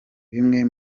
bimwe